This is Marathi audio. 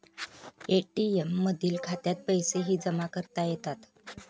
ए.टी.एम मधील खात्यात पैसेही जमा करता येतात